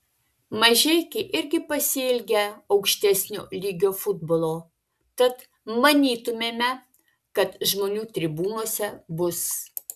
mažeikiai irgi pasiilgę aukštesnio lygio futbolo tad manytumėme kad žmonių tribūnose bus